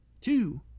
two